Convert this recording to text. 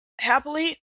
Happily